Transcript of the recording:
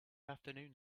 afternoon